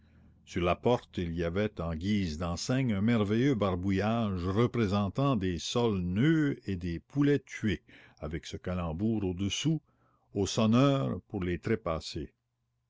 sur la porte il y avait en guise d'enseigne un merveilleux barbouillage représentant des sols neufs et des poulets tués avec ce calembour au-dessous aux sonneurs pour les trépassés